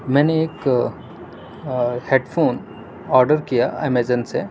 میں نے ایک ہیڈ فون آرڈر کیا امیزون سے